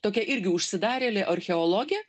tokia irgi užsidarėlė archeologė